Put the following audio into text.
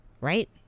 Right